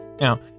Now